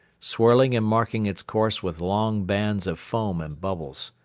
swirling and marking its course with long bands of foam and bubbles.